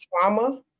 trauma